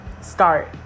start